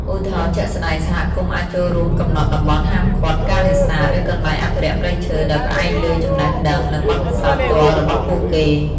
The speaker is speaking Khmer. ឧទាហរណ៍ជាក់ស្ដែង សហគមន៍អាចចូលរួមកំណត់តំបន់ហាមឃាត់ការនេសាទ ឬកន្លែងអភិរក្សព្រៃឈើ ដោយផ្អែកលើចំណេះដឹង និងបទពិសោធន៍ផ្ទាល់របស់ពួកគេ។